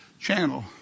channel